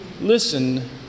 listen